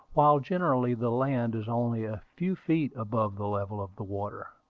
while generally the land is only a few feet above the level of the water.